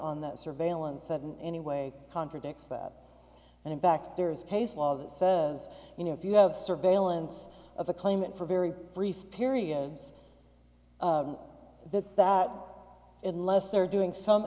on that surveillance seven anyway contradicts that and in fact there is case law that says you know if you have surveillance of a claimant for very brief periods that that unless they're doing some